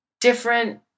different